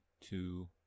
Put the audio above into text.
two